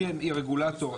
אם יהיה רגולטור,